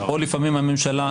או לפעמים הממשלה,